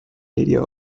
area